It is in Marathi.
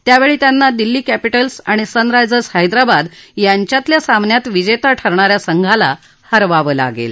त्यावेळी त्यांना दिल्ली कॅपिटल्स आणि सनरायजर्स हैदराबाद यांच्यातल्या सामन्यात विजेता ठरणाऱ्या संघाला हरवाव लागेल